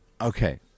okay